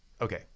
Okay